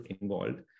involved